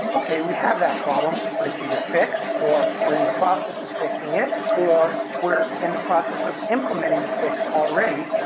okay, we have that problem but it's either fixed or we're in the process of fixing it or we're in the process of implementing the fix already.